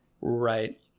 Right